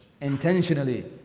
intentionally